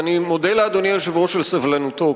ואני מודה לאדוני היושב-ראש על סבלנותו,